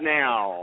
now